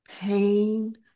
pain